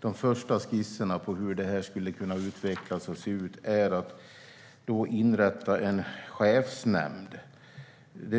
de första skisserna på hur det hela skulle kunna se ut och utvecklas är att inrätta en chefsnämnd.